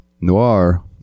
Noir